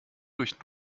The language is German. durch